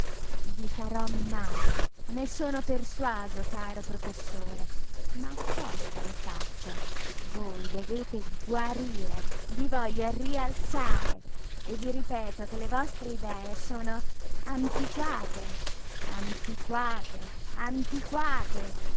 i farò male ne sono persuaso caro professore ma apposta lo faccio voi dovete guarire vi voglio rialzare e vi ripeto che le vostre idee sono antiquate antiquate antiquate